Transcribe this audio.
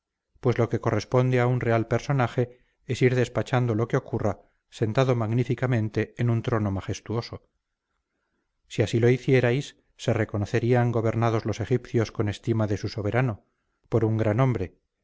pues lo que corresponde a un real personaje es ir despachando lo que ocurra sentando magníficamente en un trono majestuoso si así lo hicierais se reconocieran gobernados los egipcios con estima de su soberano por un hombre